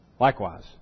Likewise